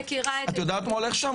את יודעת מה הולך שם?